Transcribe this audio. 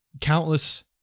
Countless